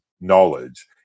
knowledge